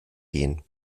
gehen